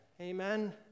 Amen